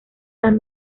las